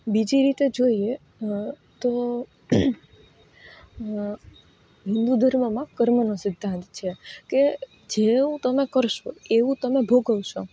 બીજી રીતે જોઈએ તો હિન્દુ ધર્મમાં કર્મનો સિદ્ધાંત છે કે જેવું તમે કરશો એવું તમે ભોગવશો